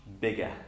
bigger